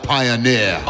Pioneer